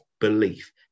belief